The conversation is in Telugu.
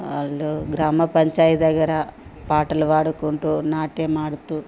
వాళ్ళు గ్రామపంచాయతీ దగ్గర పాటలు పాడుకుంటూ నాట్యమాడుతూ